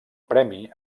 premi